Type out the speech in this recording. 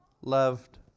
loved